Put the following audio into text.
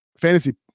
fantasy